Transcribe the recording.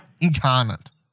incarnate